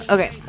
Okay